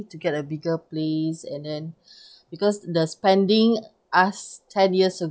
to get a bigger place and then because the spending us ten years